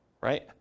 Right